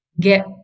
get